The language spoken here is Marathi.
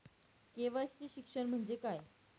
के.वाय.सी चे शिक्षण म्हणजे काय?